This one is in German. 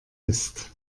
ist